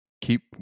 keep